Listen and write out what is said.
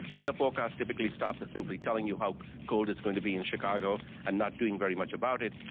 weather forecasts typically stops at simply telling you how cold it's going to be in chicago and not doing very much about it.